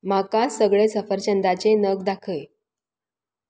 म्हाका सगळे सफरचंदाचे नग दाखय